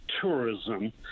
tourism